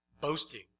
boasting